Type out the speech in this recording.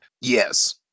Yes